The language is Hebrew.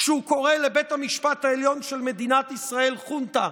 כשהוא קורא לבית המשפט העליון של מדינת ישראל "חונטה",